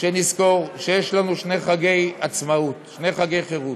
שנזכור שיש לנו שני חגי עצמאות, שני חגי חירות,